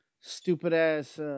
stupid-ass